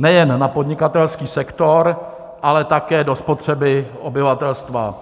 nejen na podnikatelský sektor, ale také do spotřeby obyvatelstva.